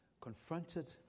confronted